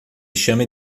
chame